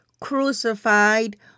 crucified